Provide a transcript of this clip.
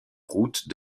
route